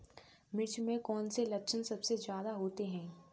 मिर्च में कौन से लक्षण सबसे ज्यादा होते हैं?